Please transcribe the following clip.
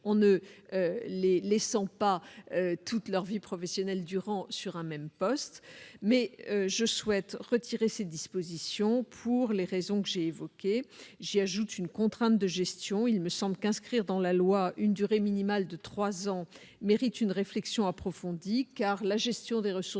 en ne les laissant pas toute leur vie professionnelle durant sur un même poste. Cependant, je souhaite retirer cette disposition pour les raisons que j'ai évoquées. J'y ajoute une contrainte de gestion. Inscrire dans la loi une durée minimale de trois ans mérite une réflexion approfondie, car la gestion des ressources